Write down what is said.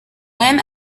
when